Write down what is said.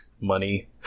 money